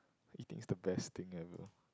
eating is the best thing ever